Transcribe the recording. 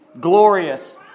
glorious